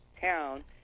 town